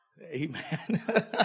Amen